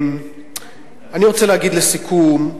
אני רוצה להגיד לסיכום,